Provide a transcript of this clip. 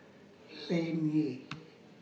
Laneige